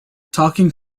talking